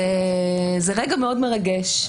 זה רגע מאוד מרגש.